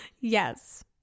Yes